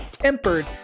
tempered